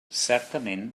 certament